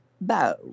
bow